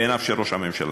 בעיניו של ראש הממשלה,